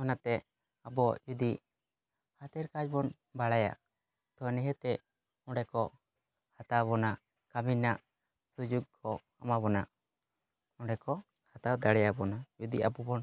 ᱚᱱᱟᱛᱮ ᱟᱵᱚ ᱡᱩᱫᱤ ᱦᱟᱛᱮᱨ ᱠᱟᱡᱽ ᱵᱚᱱ ᱵᱟᱲᱟᱭᱟ ᱛᱚᱵᱮ ᱱᱤᱦᱟᱹᱛᱜᱮ ᱚᱸᱰᱮ ᱠᱚ ᱦᱟᱛᱟᱣ ᱵᱚᱱᱟ ᱠᱟᱹᱢᱤ ᱨᱮᱱᱟᱜ ᱥᱩᱡᱳᱜᱽ ᱠᱚ ᱮᱢᱟ ᱵᱚᱱᱟ ᱚᱸᱰᱮ ᱠᱚ ᱦᱟᱛᱟᱣ ᱫᱟᱲᱮᱭᱟᱵᱚᱱᱟ ᱡᱩᱫᱤ ᱟᱵᱚ ᱵᱚᱱ